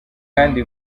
kandi